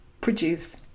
produce